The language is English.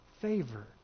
favor